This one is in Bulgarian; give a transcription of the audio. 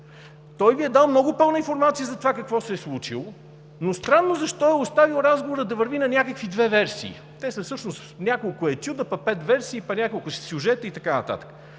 Той Ви е дал много пълна информация за това какво се е случило, но странно защо е оставил разговора да върви на някакви две версии. Те всъщност са няколко етюда, пък пет версии, пък няколко сюжета и така